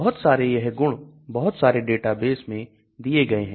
बहुत सारे यह गुण बहुत सारे डेटाबेस में दिए गए हैं